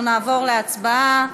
אנחנו נעבור להצבעה.